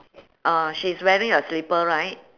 uh she is wearing a slipper right